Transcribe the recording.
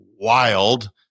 wild